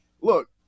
look